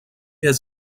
has